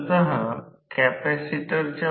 तर हा फॅराडेचा नियम Faraday's law आहे